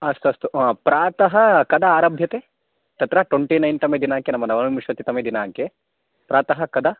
अस्तु अस्तु प्रातः कदा आरभ्यते तत्र टोन्टिनैन् तमे दिनाङ्के नाम नवविंशति तमे दिनाङ्के प्रातः कदा